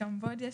קמבודיה,